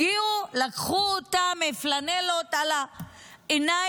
הגיעו, לקחו אותם עם פלנלות על העיניים,